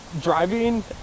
driving